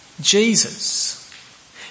Jesus